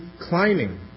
climbing